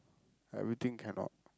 everything cannot